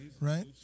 Right